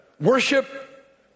worship